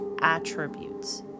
attributes